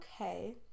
okay